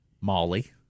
Molly